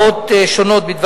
הסטנדרד הזה צריך לעשות גם בשילוב